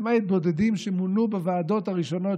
למעט בודדים שמונו בוועדות הראשונות